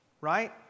right